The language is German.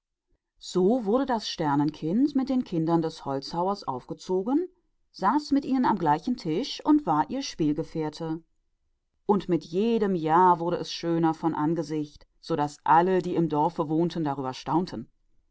so wurde das sternenkind mit den kindern des holzfällers aufgezogen und saß mit ihnen am gleichen tisch und war ihr spielgefährte und jedes jahr wurde schöner so daß alle die im dorfe wohnten